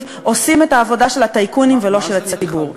עושים את העבודה של הטייקונים ולא של הציבור.